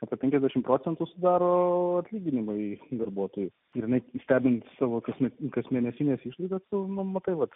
apie penkiasdešimt procentų sudaro atlyginimai darbuotojai ir net įstabiai suvokiamas kasmėnesines išlaidas kilnumo tai vat